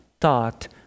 thought